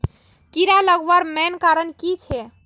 कीड़ा लगवार मेन कारण की छे?